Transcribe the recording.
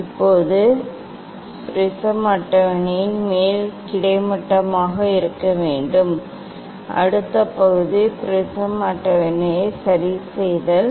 இப்போது முப்படை கண்ணாடிஅட்டவணையின் மேல் கிடைமட்டமாக இருக்க வேண்டும் அடுத்த பகுதி முப்பட்டை கண்ணாடி அட்டவணையை சமன் செய்தல்